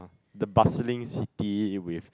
the bustling city with